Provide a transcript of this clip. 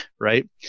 right